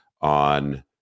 on